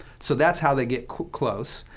so that's how they get close.